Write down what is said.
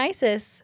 Isis